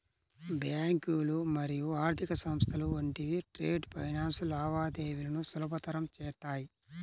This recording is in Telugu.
బ్యాంకులు మరియు ఆర్థిక సంస్థలు వంటివి ట్రేడ్ ఫైనాన్స్ లావాదేవీలను సులభతరం చేత్తాయి